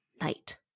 night